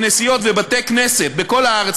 כנסיות ובתי-כנסת בכל הארץ,